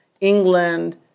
England